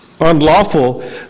unlawful